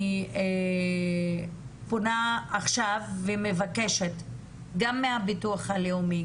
אני פונה עכשיו ומבקשת גם מהביטוח הלאומי